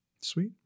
Sweet